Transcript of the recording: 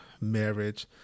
marriage